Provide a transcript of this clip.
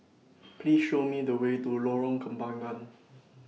Please Show Me The Way to Lorong Kembagan